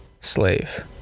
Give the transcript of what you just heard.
slave